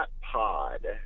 pod